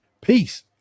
Peace